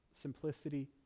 simplicity